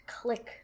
click